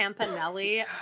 Campanelli